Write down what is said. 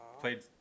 played